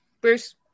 Bruce